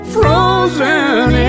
Frozen